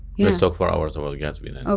let's talk for hours about gatsby then.